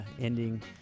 ending